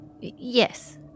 Yes